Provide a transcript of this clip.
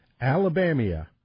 Alabama